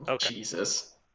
Jesus